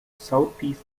southeast